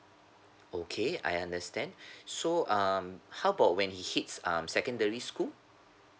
okay I understand so um how about when he hits um secondary school